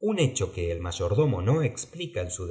un hecho que el mayordomo no explica en su